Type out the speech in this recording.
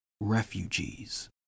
refugees